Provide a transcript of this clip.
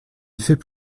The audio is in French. effet